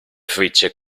frecce